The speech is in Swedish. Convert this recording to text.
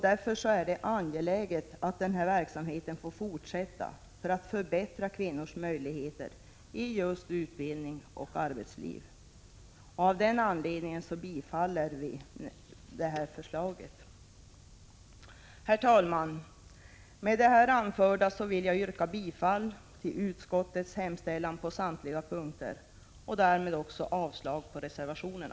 Det är angeläget att denna verksamhet får fortsätta för att förbättra kvinnors möjligheter i utbildning och arbetsliv. Av den anledningen tillstyrker vi förslaget. Herr talman! Med det här anförda vill jag yrka bifall till utskottets hemställan på samtliga punkter och därmed också avslag på reservationerna.